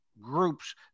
groups